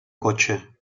cotxe